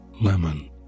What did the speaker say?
lemon